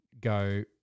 go